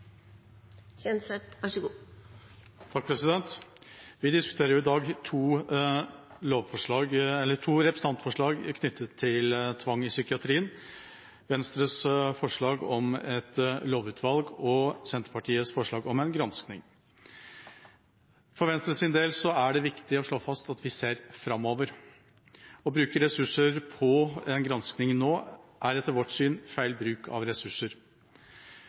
Vi diskuterer i dag to representantforslag knyttet til tvang i psykiatrien: Venstres forslag om et lovutvalg og Senterpartiets forslag om en granskning. For Venstres del er det viktig å slå fast at vi ser framover. Det å bruke ressurser på en granskning nå er etter vårt syn feil bruk av ressurser.